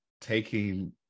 taking